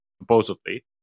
supposedly